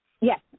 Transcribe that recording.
Yes